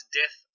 death